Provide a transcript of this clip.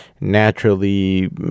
naturally